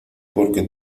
porque